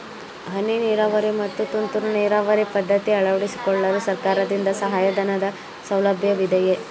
ಹನಿ ನೀರಾವರಿ ಮತ್ತು ತುಂತುರು ನೀರಾವರಿ ಪದ್ಧತಿ ಅಳವಡಿಸಿಕೊಳ್ಳಲು ಸರ್ಕಾರದಿಂದ ಸಹಾಯಧನದ ಸೌಲಭ್ಯವಿದೆಯೇ?